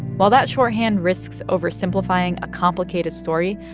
while that shorthand risks oversimplifying a complicated story,